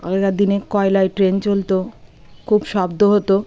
আগেকার দিনে কয়লায় ট্রেন চলতো খুব শব্দ হতো